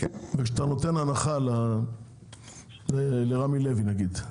וכשאתה נותן הנחה לרמי לוי נגיד,